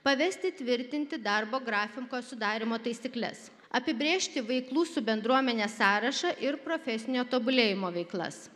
pavesti tvirtinti darbo grafiko sudarymo taisykles apibrėžti veiklų su bendruomene sąrašą ir profesinio tobulėjimo veiklas